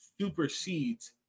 supersedes